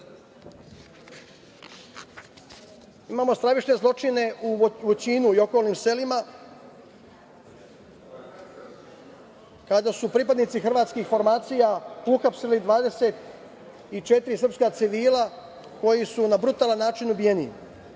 stravične zločine u Voćinu i okolnim selima kada su pripadnici hrvatskih formacija uhapsili 24 srpska civila koji su na brutalan način ubijeni. Zatim